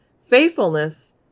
Faithfulness